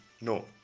No